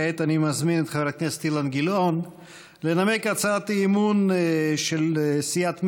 כעת אני מזמין את חבר הכנסת אילן גילאון לנמק הצעת אי-אמון של סיעת מרצ: